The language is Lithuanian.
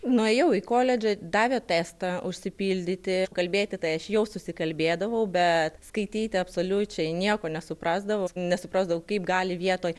nuėjau į koledžą davė testą užsipildyti kalbėti tai aš jau susikalbėdavau bet skaityti absoliučiai nieko nesuprasdavau nesuprasdavau kaip gali vietoj